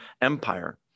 Empire